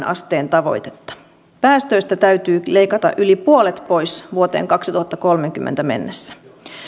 asteen tavoitetta päästöistä täytyy leikata yli puolet pois vuoteen kaksituhattakolmekymmentä mennessä